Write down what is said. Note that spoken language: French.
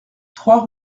trois